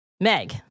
Meg